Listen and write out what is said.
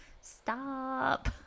stop